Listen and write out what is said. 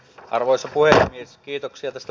arvoisa puhemies